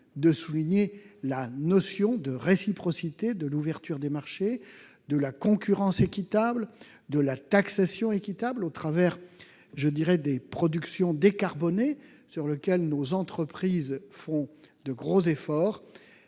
de souligner les notions de réciprocité de l'ouverture des marchés, de concurrence équitable et de taxation équitable, au travers des productions décarbonées, sur lesquelles nos entreprises font de gros efforts,